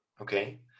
Okay